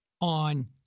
on